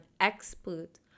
expert